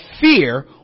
fear